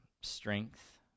strength